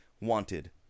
Wanted